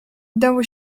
dało